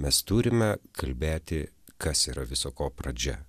mes turime kalbėti kas yra viso ko pradžia